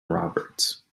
roberts